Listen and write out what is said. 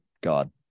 God